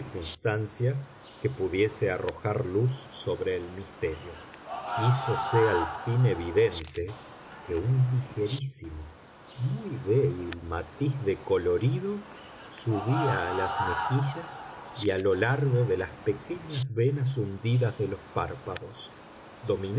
circunstancia que pudiese arrojar luz sobre el misterio hízose al fin evidente que un ligerísimo muy débil matiz de colorido subía a las mejillas y a lo largo de las pequeñas venas hundidas de los párpados